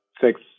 six